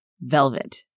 Velvet